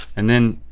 and then,